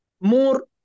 more